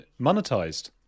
monetized